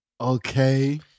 Okay